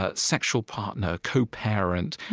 ah sexual partner, co-parent,